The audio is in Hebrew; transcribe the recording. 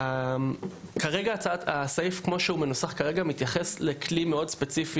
כרגע הסעיף כמו שהוא מנוסח עכשיו מתייחס לכלי מאוד ספציפי